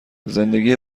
زندگی